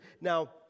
now